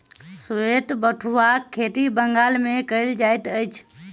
श्वेत पटुआक खेती बंगाल मे कयल जाइत अछि